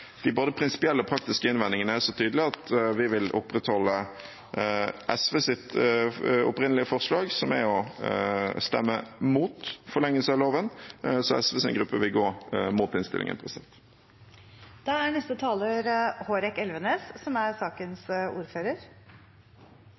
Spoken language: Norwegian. de prinsipielle og de praktiske innvendingene er så tydelige at vi vil opprettholde SVs opprinnelige forslag, som er å stemme imot en forlengelse av loven. SVs gruppe vil altså gå imot innstillingen.